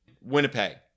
Winnipeg